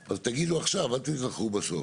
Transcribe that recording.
אז תגיד לו עכשיו, אל תתווכחו בסוף.